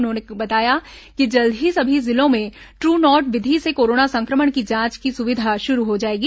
उन्होंने बताया कि जल्द ही सभी जिलों में ट्रू नॉट विधि से कोरोना संक्रमण की जांच की सुविधा शुरू हो जाएगी